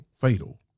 fatal